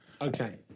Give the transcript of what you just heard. Okay